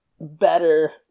Better